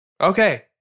Okay